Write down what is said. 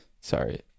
Sorry